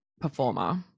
performer